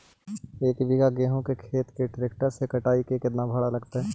एक बिघा गेहूं के खेत के ट्रैक्टर से कटाई के केतना भाड़ा लगतै?